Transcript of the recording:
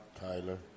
Tyler